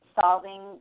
solving